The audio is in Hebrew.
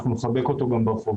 אנחנו נחבק אותו גם ברחובות.